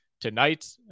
tonight